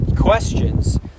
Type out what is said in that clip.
questions